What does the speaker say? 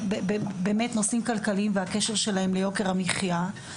נושאים כלכליים והקשר שלהם ליוקר המחיה.